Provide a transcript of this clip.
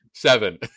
Seven